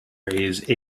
raise